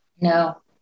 No